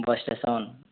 bus station